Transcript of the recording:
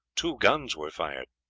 two guns were fired.